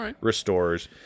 restores